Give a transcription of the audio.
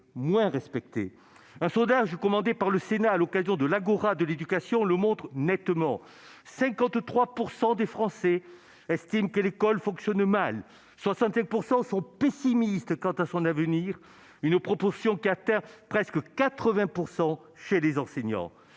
moins respectée. Un sondage commandé par le Sénat à l'occasion de l'Agora de l'éducation le montre nettement : 53 % des Français estiment que l'école fonctionne mal, et 65 % sont pessimistes sur son avenir, une proportion qui atteint presque 80 % chez les enseignants.